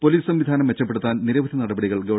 police സംവിധാനം മെച്ചപ്പെടുത്താൻ നിരവധി നടപടികൾ ഗവ